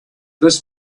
this